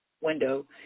window